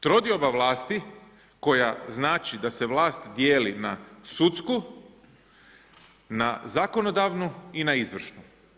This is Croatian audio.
Trodioba vlasti koja znači da se vlast dijeli na sudsku, na zakonodavnu i na izvršnu.